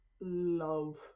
love